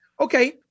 okay